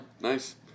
Nice